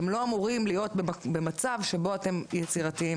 אתם לא אמורים להיות במצב שבו אתם יצירתיים.